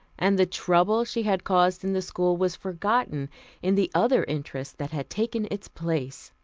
and the trouble she had caused in the school was forgotten in the other interests that had taken its place.